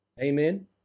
Amen